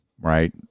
right